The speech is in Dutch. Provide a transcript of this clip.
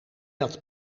had